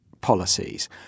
policies